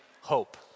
hope